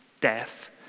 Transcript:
death